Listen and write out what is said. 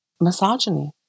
misogyny